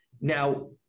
Now